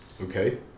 Okay